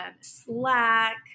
Slack